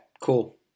cool